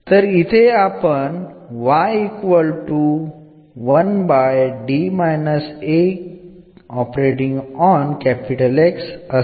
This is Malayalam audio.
യഥാർത്ഥത്തിൽ എന്താണെന്ന് നമ്മൾ കണ്ടെത്തുകയും ചെയ്യും